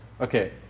Okay